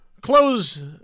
close